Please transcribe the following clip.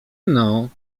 mną